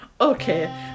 Okay